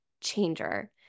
changer